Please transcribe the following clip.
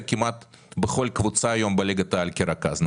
כמעט בכל קבוצה היום בליגת העל כרכז,